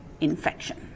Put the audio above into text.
infection